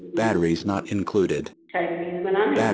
دوسری چائے پیس بنا لیں